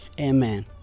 Amen